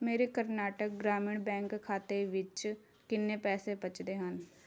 ਮੇਰੇ ਕਰਨਾਟਕ ਗ੍ਰਾਮੀਣ ਬੈਂਕ ਖਾਤੇ ਵਿੱਚ ਕਿੰਨੇ ਪੈਸੇ ਬਚਦੇ ਹਨ